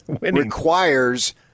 requires